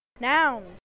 Nouns